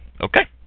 Okay